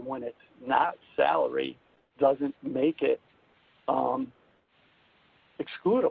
when it's not salary doesn't make it excluded